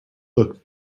look